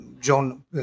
John